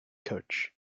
coach